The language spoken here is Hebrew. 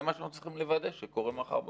זה מה שאנחנו צריכים לוודא שקורה מחר בבוקר.